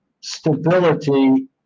stability